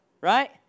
Right